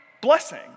blessing